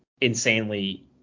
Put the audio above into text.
insanely